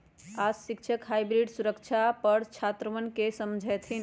आज शिक्षक हाइब्रिड सुरक्षा पर छात्रवन के समझय थिन